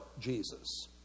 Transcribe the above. Jesus